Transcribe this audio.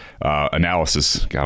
analysis